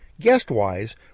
guest-wise